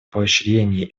поощрение